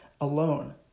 alone